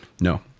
No